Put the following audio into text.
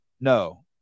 no